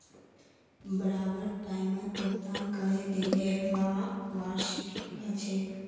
बराबर टाइमत भुगतान करे दिले व्हाक वार्षिकी कहछेक